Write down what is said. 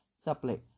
supply